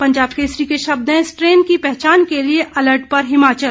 पंजाब केसरी के शब्द हैं स्ट्रेन की पहचान के लिए अलर्ट पर हिमाचल